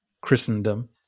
Christendom